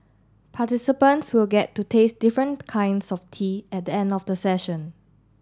participants will get to taste different kinds of tea at the end of the session